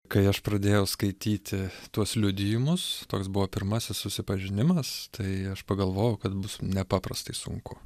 kai aš pradėjau skaityti tuos liudijimus toks buvo pirmasis susipažinimas tai aš pagalvojau kad bus nepaprastai sunku